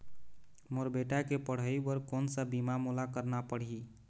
मोर बेटा के पढ़ई बर कोन सा बीमा मोला करना पढ़ही?